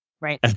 Right